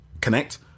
Connect